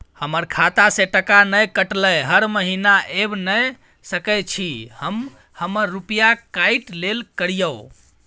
हमर खाता से टका नय कटलै हर महीना ऐब नय सकै छी हम हमर रुपिया काइट लेल करियौ?